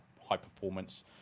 high-performance